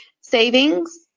Savings